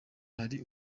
hari